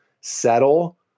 settle